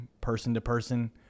person-to-person